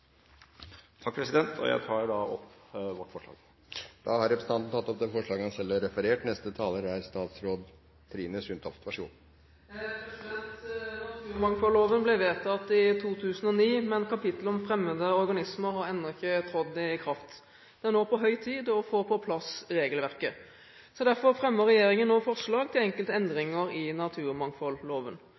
Takk, jeg tar opp forslaget fra Miljøpartiet De Grønne. Da har representanten tatt opp det forslaget han selv refererte til. Naturmangfoldloven ble vedtatt i 2009, men kapitlet om fremmede organismer har ennå ikke trådt i kraft. Det er nå på høy tid å få på plass regelverket. Derfor fremmer regjeringen nå forslag til enkelte endringer i naturmangfoldloven.